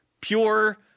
pure